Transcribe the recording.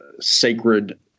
sacred